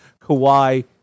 Kawhi